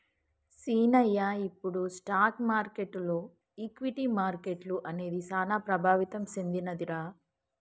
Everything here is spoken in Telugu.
సీనయ్య ఇప్పుడు స్టాక్ మార్కెటులో ఈక్విటీ మార్కెట్లు అనేది సాన ప్రభావితం సెందినదిరా